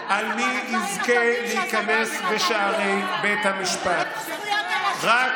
משפטנים שמדינת ישראל ובית המשפט העליון שלה